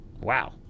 Wow